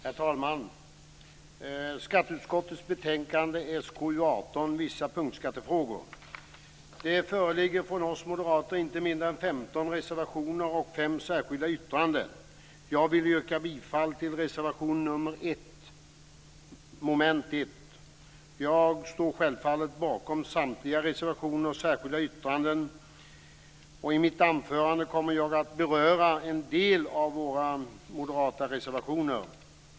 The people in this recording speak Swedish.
Herr talman! I skatteutskottets betänkande 1997/98:SkU18 om vissa punktskattefrågor föreligger från oss moderater inte mindre än 15 reservationer och 5 särskilda yttranden. Jag yrkar bifall till reservation nr 1 under mom. 1 men självfallet står jag bakom samtliga reservationer och särskilda yttranden. I detta mitt anförande kommer jag att beröra en del av de moderata reservationerna.